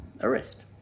arrest